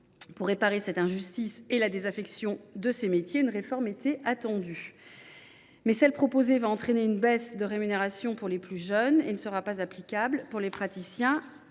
Pour réparer cette injustice et la désaffection de ces métiers, une réforme était attendue. Mais celle qui est inscrite dans ce texte va entraîner une baisse de rémunération pour les plus jeunes et ne sera pas applicable pour les PHU en